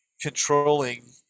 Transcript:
controlling